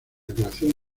creación